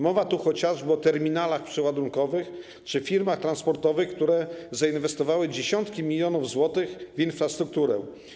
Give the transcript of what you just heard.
Mowa tu chociażby o terminalach przeładunkowych czy firmach transportowych, które zainwestowały dziesiątki milionów złotych w infrastrukturę.